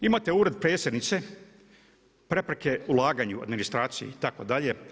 Imate Ured predsjednice, prepreke ulaganju, administraciji itd.